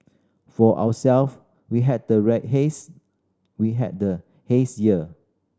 for ourself we had the haze year we had the haze year